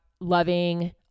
loving